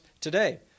today